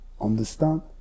understand